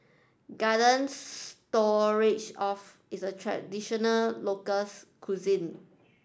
Garden Stroganoff is a traditional local cuisine